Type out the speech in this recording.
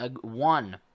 one